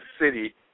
city